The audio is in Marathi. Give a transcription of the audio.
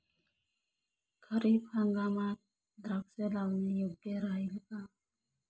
खरीप हंगामात द्राक्षे लावणे योग्य राहिल का?